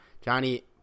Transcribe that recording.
Johnny